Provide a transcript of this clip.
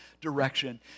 direction